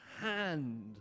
hand